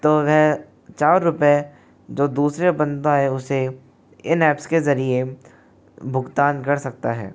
तो वह चार रुपए जो दूसरे बंदा है उसे इन ऐप्स के जरिए भुगतान कर सकता है